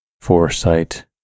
foresight